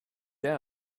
down